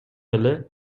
эле